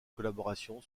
collaboration